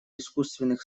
искусственных